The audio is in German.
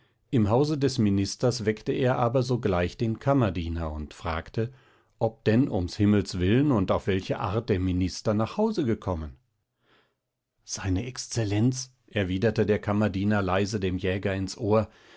im hause des ministers weckte er aber sogleich den kammerdiener und fragte ob denn ums himmels willen und auf welche art der minister nach hause gekommen se exzellenz erwiderte der kammerdiener leise dem jäger ins ohr